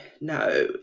no